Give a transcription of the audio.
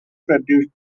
produced